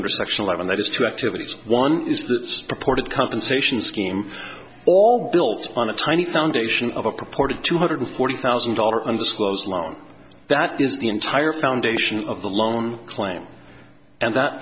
under section eleven there was two activities one is that purported compensation scheme all built on a tiny foundation of a purported two hundred forty thousand dollars undisclosed loan that is the entire foundation of the loan claim and that